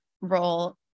role